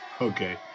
Okay